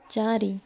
ଚାରି